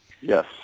Yes